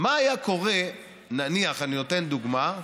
מה היה קורה, נניח, אני נותן דוגמה,